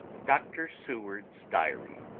dr. seward's diary.